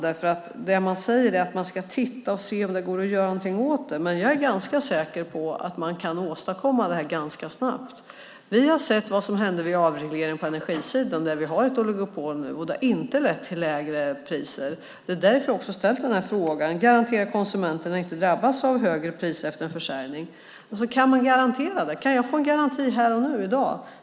Det man säger är att man ska se om det går att göra någonting åt den. Men jag är ganska säker på att man kan åstadkomma det här ganska snabbt. Vi har sett vad som hände vid avregleringen på energisidan. Där har vi nu ett oligopol, och det har inte lett till lägre priser. Det är därför jag har ställt den här frågan om åtgärder för att garantera att konsumenterna inte drabbas av högre priser efter en försäljning. Kan man garantera det? Kan jag få en garanti här och nu i dag?